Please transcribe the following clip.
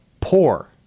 poor